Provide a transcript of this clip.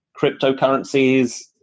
cryptocurrencies